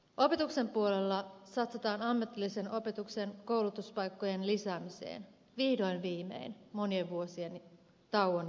opetuksen puolella satsataan ammatillisen opetuksen koulutuspaikkojen lisäämiseen vihdoin viimein monien vuosien tauon jälkeen